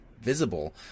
visible